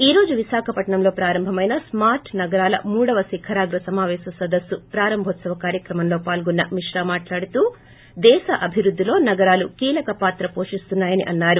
్ ఈ రోజు విశాఖపట్నంలో ప్రారంభమైన స్కార్ల్ నగరాల మహిడవ శిఖరాగ్ర సమపేశ సదస్సు ప్రారంభోత్సవ కార్యక్రమంలో పాల్గొన్న ిమీశా మాట్లాడుతూ దేశ అభివృద్ధిలో నగరాలు కీలక పాత్ర పోషిస్తున్నాయని అన్నారు